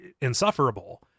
insufferable